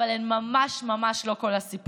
אבל הן ממש ממש לא כל הסיפור.